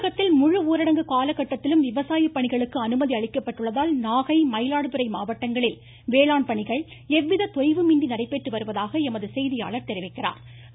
தமிழகத்தில் முழு ஊரடங்கு கால கட்டத்திலும் விவசாய பணிகளுக்கு அனுமதி அளிக்கப்பட்டுள்ளதால் நாகை மயிலாடுதுறை மாவட்டங்களில் வேளாண் பணிகள் எவ்வித தொய்வும் இன்றி நடைபெற்று வருகின்றன